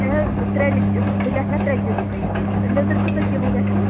ترٛےٚ حظ ترٛلہِ بہٕ لیکھٕ نا ترٛےٚ کِلوٗ تیٚلہِ لیدٕر کٲژاہ کِلوٗ گُژھوٕ